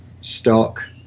stock